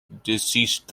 deceased